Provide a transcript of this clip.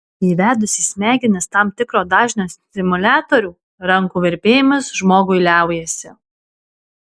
įvedus į smegenis tam tikro dažnio stimuliatorių rankų virpėjimas žmogui liaujasi